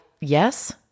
Yes